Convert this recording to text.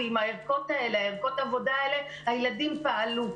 ועם ערכות העבודה האלה הילדים פעלו.